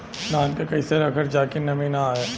धान के कइसे रखल जाकि नमी न आए?